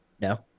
No